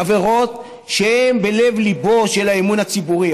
עבירות שהן בלב-ליבו של האמון הציבורי.